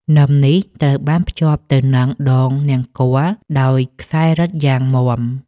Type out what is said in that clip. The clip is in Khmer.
នឹមនេះត្រូវបានភ្ជាប់ទៅនឹងដងនង្គ័លដោយខ្សែរឹតយ៉ាងមាំ។